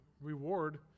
Reward